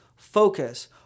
focus